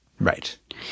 Right